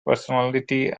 personality